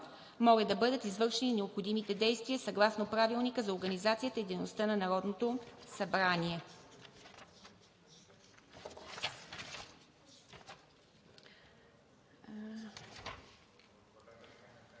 Моля да бъдат извършени необходимите действия съгласно Правилника за организацията и дейността на Народното събрание.